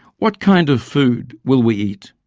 what kind of food will we eat?